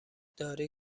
داری